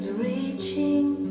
reaching